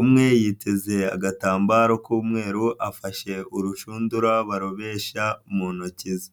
umwe yiteze agatambaro k'umweru afashe urushundura barobesha mu ntoki ze.